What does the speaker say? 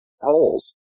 holes